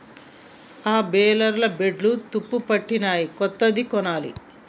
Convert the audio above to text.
ఆ బేలర్ల బ్లేడ్లు తుప్పుపట్టినయ్, కొత్తది కొనాలి